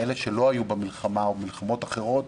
אלה שלא היו במלחמה או במלחמות אחרות